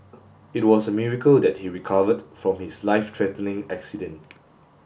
it was a miracle that he recovered from his life threatening accident